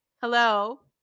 hello